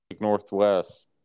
Northwest